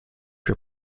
your